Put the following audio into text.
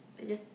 I just